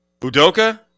Budoka